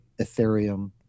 Ethereum